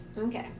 Okay